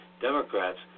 Democrats